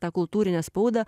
tą kultūrinę spaudą